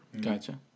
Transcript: Gotcha